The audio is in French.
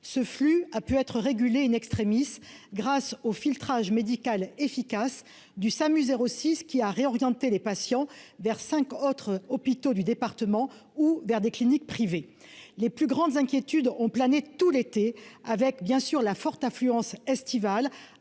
ce flux a pu être régulé in-extremis grâce au filtrage médical efficace du SAMU 06 qui à réorienter les patients vers cinq autres hôpitaux du département ou vers des cliniques privées, les plus grandes inquiétudes ont plané tout l'été, avec bien sûr la forte affluence estivale,